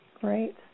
Great